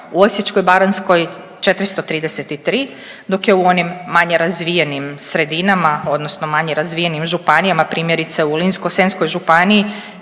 u Osječko-baranjskoj 433, dok je u onim manje razvijenim sredinama odnosno manje razvijenim županijama, primjerice u Ličko-senjskoj županiji